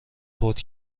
فوت